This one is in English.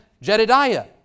Jedidiah